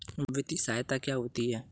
वित्तीय सहायता क्या होती है?